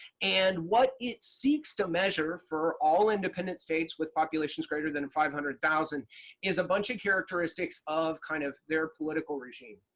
and what it seeks to measure for all independent states with populations greater than and five hundred thousand is a bunch of characteristics of kind of their political regime.